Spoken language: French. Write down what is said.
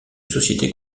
société